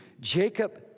Jacob